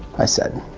i said